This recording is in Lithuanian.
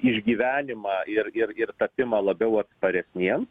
išgyvenimą ir ir ir tapimą labiau atsparesniems